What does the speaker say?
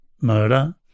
murder